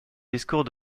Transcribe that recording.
discours